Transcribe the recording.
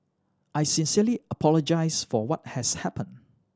I sincerely apologise for what has happened